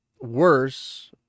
worse